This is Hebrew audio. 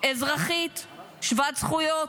אזרחית שוות זכויות.